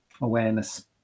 awareness